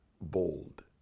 bold